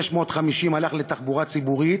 650 הלכו לתחבורה ציבורית,